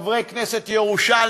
חברי כנסת ירושלמים,